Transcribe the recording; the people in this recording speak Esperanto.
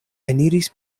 eniris